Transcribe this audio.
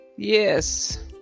yes